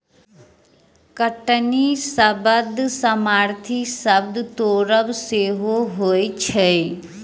कटनी शब्दक समानार्थी शब्द तोड़ब सेहो होइत छै